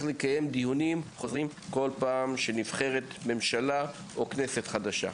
לקיים דיונים חוזרים כל פעם שנבחרת ממשלה או כנסת חדשה.